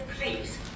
please